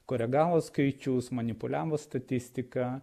koregavo skaičius manipuliavo statistika